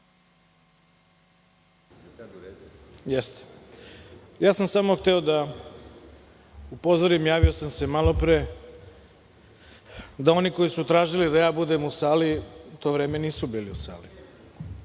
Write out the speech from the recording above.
Samo sam hteo da upozorim, javio sam se malopre, da oni koji su tražili da budem u sali u to vreme nisu bili u sali.